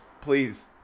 Please